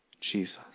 Jesus